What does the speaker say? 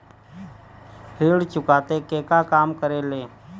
ऋण चुकौती केगा काम करेले?